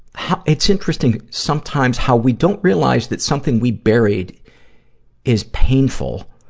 how, it's interesting, sometimes, how we don't realize that something we buried is painful,